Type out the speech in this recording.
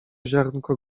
ziarnko